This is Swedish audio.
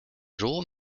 råd